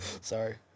Sorry